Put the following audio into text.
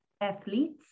athletes